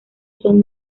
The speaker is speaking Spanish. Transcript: son